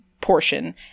portion